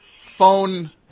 phone